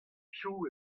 piv